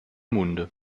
munde